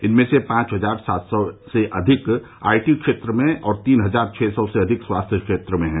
इनमें से पांच हजार सात सौ से अधिक आईटी क्षेत्र में और तीन हजार छह सौ से अधिक स्वास्थ्य क्षेत्र में हैं